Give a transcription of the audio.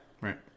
Right